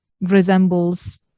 resembles